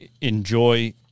enjoy